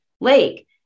Lake